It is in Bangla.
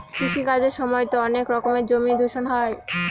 কৃষি কাজের সময়তো অনেক রকমের জমি দূষণ হয়